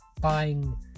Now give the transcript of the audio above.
buying